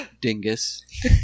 dingus